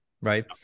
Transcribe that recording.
Right